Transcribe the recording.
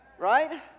right